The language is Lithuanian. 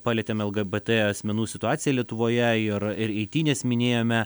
palietėme lgbt asmenų situaciją lietuvoje ir ir eitynes minėjome